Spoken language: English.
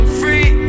free